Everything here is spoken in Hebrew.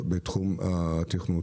בתחום התכנות.